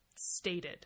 stated